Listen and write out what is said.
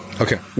Okay